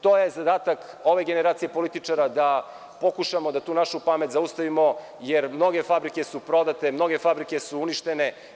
To je zadatak ove generacije političara da pokušamo da tu našu pamet zaustavimo, jer mnoge fabrike su prodate, mnoge fabrike su uništene.